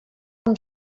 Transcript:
amb